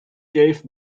gave